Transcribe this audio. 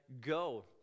go